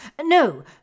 No